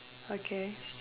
okay